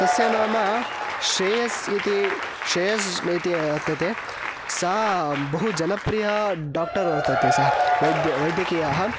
तस्य नाम श्रेयसः इति श्रेयसः इति वर्तते सः बहु जनप्रियः डाक्टर् वर्तते सा वैद्य वैद्यकीयाः